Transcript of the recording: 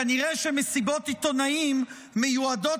כנראה שמסיבות עיתונאים מיועדות,